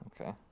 Okay